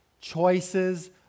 Choices